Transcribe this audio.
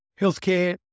Healthcare